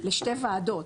לשתי ועדות.